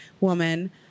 woman